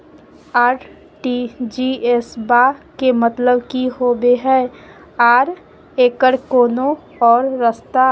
RTGS बा के मतलब कि होबे हय आ एकर कोनो और रस्ता?